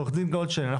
עו"ד גולדשטיין,